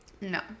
no